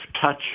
touch